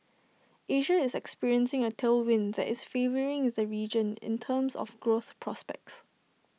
Asia is experiencing A tailwind that is favouring the region in terms of growth prospects